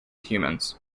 humans